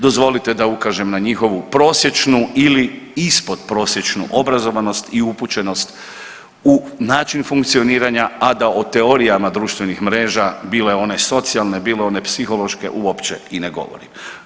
Dozvolite da ukažem na njihovu prosječnu ili ispodprosječnu obrazovanost i upućenost u način funkcioniranja, a da o teorijama društvenih mreža, bile one socijalne, bilo one psihološke, uopće i ne govorim.